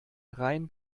rein